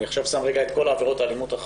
אני עכשיו שם בצד את כל העבירות החמורות.